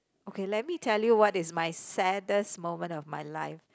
okay let me tell you what is my saddest moment of my life